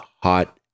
hot